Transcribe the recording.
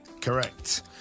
Correct